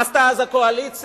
מה עשתה אז הקואליציה?